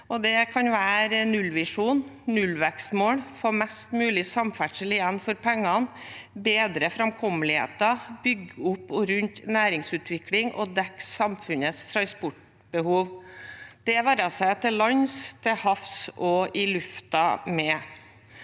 Det kan være nullvisjon, nullvekstmål, å få mest mulig samferdsel igjen for pengene, å bedre framkommeligheten, å bygge opp og rundt næringsutvikling og å dekke samfunnets transportbehov, det være seg til lands, til havs eller i luften.